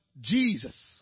Jesus